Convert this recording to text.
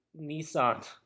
Nissan